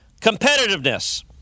Competitiveness